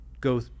go